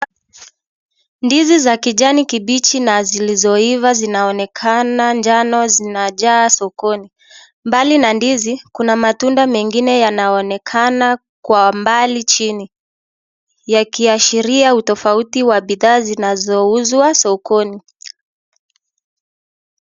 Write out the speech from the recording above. Ndizi za kijani kibichi na zilizoiva, zinaonekana njano, zinajaa sokoni. Mbali na ndizi, kuna matunda mengine yanaonekana kwa mbali chini, yakiashiria utofauti wa bidhaa na zinazouzwa sokoni.